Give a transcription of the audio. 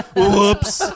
whoops